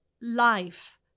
life